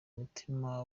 umutima